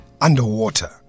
underwater